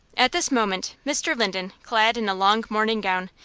at this moment, mr. linden, clad in a long morning gown,